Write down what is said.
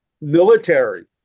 military